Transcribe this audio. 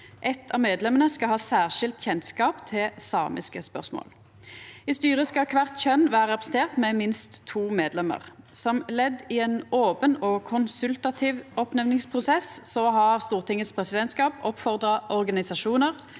Eit av medlemene skal ha særskild kjennskap til samiske spørsmål. I styret skal kvart kjønn vera representert med minst to medlemer. Som ledd i ein open og konsultativ oppnemningsprosess har Stortingets presidentskap oppmoda organisasjonar,